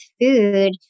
food